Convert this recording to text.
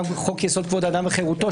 גם חוק-יסוד: כבוד האדם וחירותו,